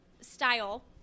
style